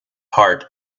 heart